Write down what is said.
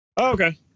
Okay